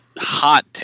hot